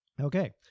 Okay